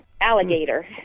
alligator